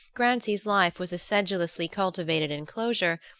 grancy's life was a sedulously-cultivated enclosure,